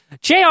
JR